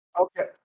Okay